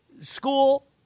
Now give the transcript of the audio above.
school